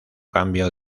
cambio